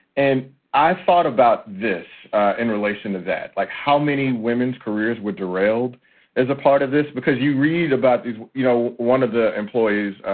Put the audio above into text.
and i thought about this in relation to that. like how many women's careers were derailed as a part of this? because you read about these, you know, one of the employees,